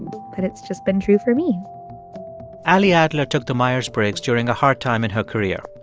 but it's just been true for me ally adler took the myers-briggs during a hard time in her career.